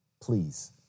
please